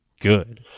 good